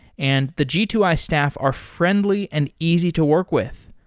and the g two i staff are friendly and easy to work with.